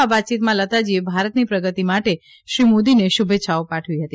આ વાતચીતમાં લતાજીએ ભારતની પ્રગતિ માટે શ્રી મોદીને શુભેચ્છાઓ પાઠવી હતી